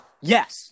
yes